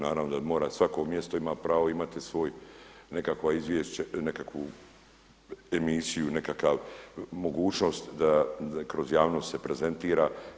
Naravno da mora svako mjesto ima pravo imati svoj nekakvu emisiju, nekakav mogućnost da kroz javnost se prezentira.